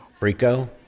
Frico